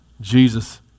Jesus